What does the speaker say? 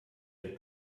der